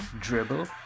dribble